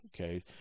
Okay